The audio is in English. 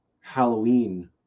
Halloween